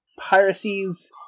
piracies